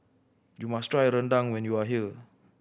you must try rendang when you are here